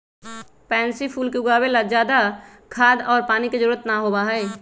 pansy फूल के उगावे ला ज्यादा खाद और पानी के जरूरत ना होबा हई